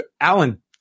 Alan